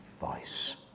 voice